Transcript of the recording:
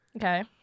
Okay